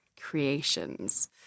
creations